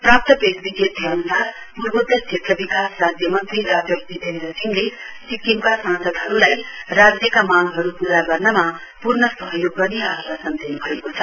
प्राप्त प्रेस बिजप्ती अनुसार पूर्वोत्तर क्षेत्र विकास राज्य मन्त्री डाक्टर जितेन्द्र सिंहले सिक्किमका सांसदहरूलाई राज्यका मांगहरू पूरा गर्नमा पूर्ण सहयोग गर्ने आश्वासन दिनुभएको छ